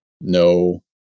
no